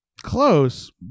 close